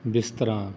ਬਿਸਤਰਾ